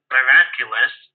Miraculous